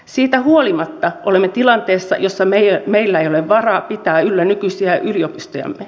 siitä huolimatta olemme tilanteessa jossa meillä ei ole varaa pitää yllä nykyisiä yliopistojamme